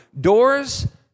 Doors